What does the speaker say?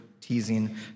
teasing